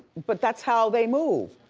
but that's how they move.